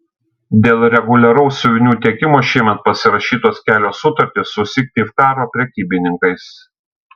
dėl reguliaraus siuvinių tiekimo šiemet pasirašytos kelios sutartys su syktyvkaro prekybininkais